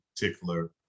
particular